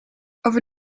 over